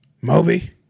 Moby